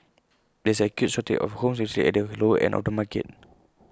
there is an acute shortage of homes especially at the lower end of the market